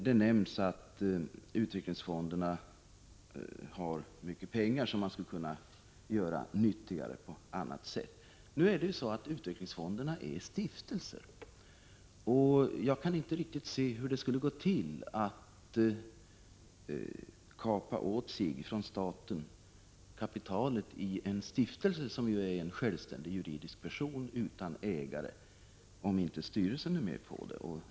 Det nämns att utvecklingsfonderna har mycket pengar, som skulle kunna användas på nyttigare sätt. Men utvecklingsfonderna är stiftelser, och jag kan inte riktigt se hur det skulle gå till för staten att kapa åt sig kapitalet i en stiftelse —som är en självständig juridisk person utan ägare — om inte styrelsen är med på det.